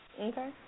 Okay